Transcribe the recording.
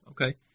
Okay